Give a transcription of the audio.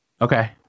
Okay